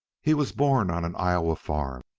he was born on an iowa farm,